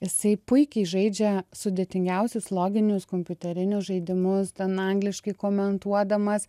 jisai puikiai žaidžia sudėtingiausius loginius kompiuterinius žaidimus ten angliškai komentuodamas